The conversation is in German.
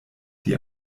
die